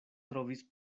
trovis